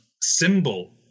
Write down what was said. symbol